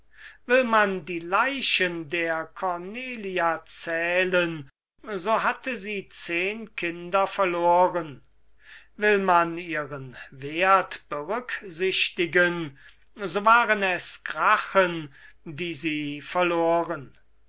will man die leichen der cornelia zählen so hatte sie zehn verloren will man ihren werth berücksichtigen so waren es gracchen die sie verloren